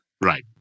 Right